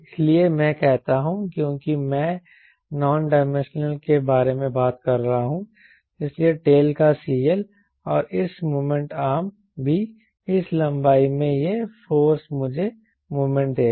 इसलिए मैं कहता हूं क्योंकि मैं नॉन डाइमेंशनल के बारे में बात कर रहा हूं इसलिए टेल का CL और इस मोमेंट आर्म भी इस लंबाई में यह फोर्से मुझे मोमेंट देगा